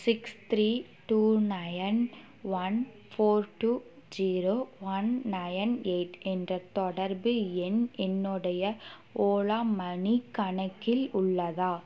six three two nine one four two zero one nine eight என்ற தொடர்பு எண் என்னுடைய ஓலா மனி கணக்கில் உள்ளதா